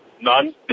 None